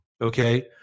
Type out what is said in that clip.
okay